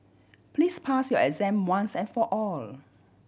please pass your exam once and for all